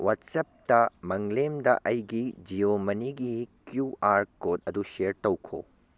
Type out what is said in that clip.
ꯋꯥꯠꯆꯞꯇ ꯃꯪꯂꯦꯝꯗ ꯑꯩꯒꯤ ꯖꯤꯌꯣ ꯃꯅꯤꯒꯤ ꯀ꯭ꯌꯨ ꯑꯥꯔ ꯀꯣꯗ ꯑꯗꯨ ꯁꯤꯌꯔ ꯇꯧꯈꯣ